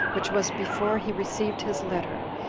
which was before he received his letter,